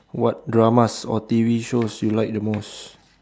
what dramas or T_V shows you like the most